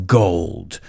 gold